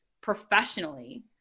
professionally